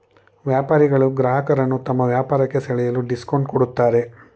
ವ್ಯಾಪಾರಿಗಳು ಗ್ರಾಹಕರನ್ನು ತಮ್ಮ ವ್ಯಾಪಾರಕ್ಕೆ ಸೆಳೆಯಲು ಡಿಸ್ಕೌಂಟ್ ಕೊಡುತ್ತಾರೆ